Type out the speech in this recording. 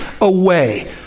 away